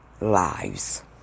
lives